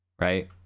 right